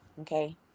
okay